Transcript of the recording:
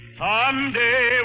someday